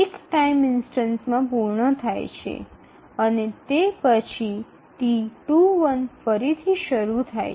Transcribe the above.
উদাহরণস্বরূপ এটি সম্পূর্ণ হয় এক সময়ের মধ্যে এবং তারপরে এটি T21 পুনরায় শুরু করে